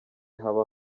haba